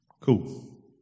Cool